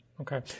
Okay